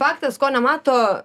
faktas ko nemato